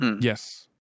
Yes